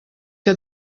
que